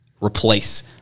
replace